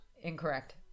incorrect